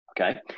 okay